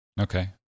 Okay